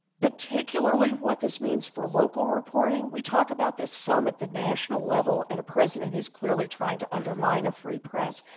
particularly what this means for local reporting. we talk about this some at the national level, and a president who's clearly trying to undermine a free press.